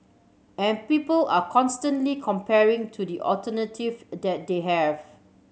and people are constantly comparing to the alternative that they have